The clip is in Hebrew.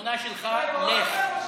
תמונה שלך, לך.